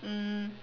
um